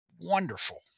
wonderful